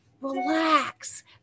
Relax